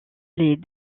les